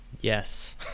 Yes